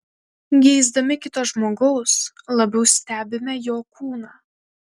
geisdami kito žmogaus labiau stebime jo kūną